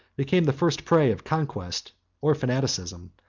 became the first prey of conquest or fanaticism,